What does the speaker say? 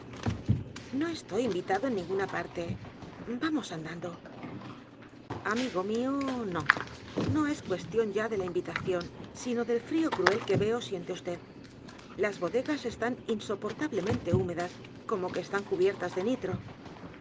no estoy invitado en ninguna parte vamos andando amigo mío no no es cuestión ya de la invitación sino del frío cruel que veo siente vd las bodegas están insoportablemente húmedas como que están cubiertas de nitro